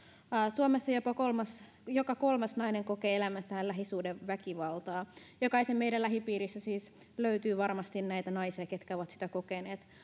suomessa jopa joka kolmas nainen kokee elämässään lähisuhdeväkivaltaa jokaisen meidän lähipiiristä siis löytyy varmasti näitä naisia jotka ovat sitä kokeneet